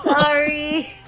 sorry